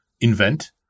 invent